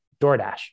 DoorDash